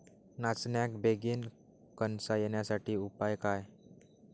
नाचण्याक बेगीन कणसा येण्यासाठी उपाय काय?